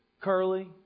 Curly